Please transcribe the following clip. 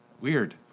Weird